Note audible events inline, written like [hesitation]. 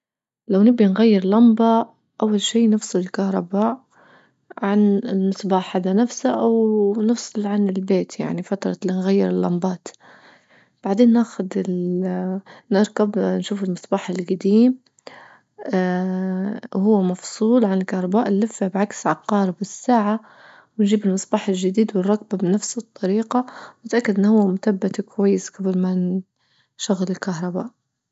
لو نبي نغير لمبة أول شي نفصل الكهرباء عن المصباح هذا نفسه أو نفصل عن البيت يعني فترة لنغير اللمبات، بعدين ناخد ال نركب نشوف المصباح الجديم [hesitation] هو مفصول عن الكهرباء نلفه بعكس عقارب الساعة، وجيب المصباح الجديد ونركبه بنفس الطريقة ونتأكد أن هو مثبت كويس قبل ما نشغل الكهرباء.